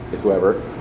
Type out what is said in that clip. whoever